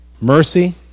Mercy